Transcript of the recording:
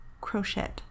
Crochet